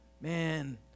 man